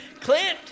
Clint